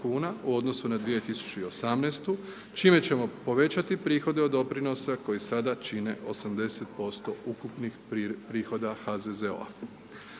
u odnosu na 2018., čime ćemo povećati prihode od doprinosa koji sada čine 80% ukupnih prihoda HZZO-a.